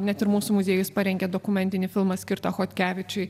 net ir mūsų muziejus parengė dokumentinį filmą skirtą chodkevičiui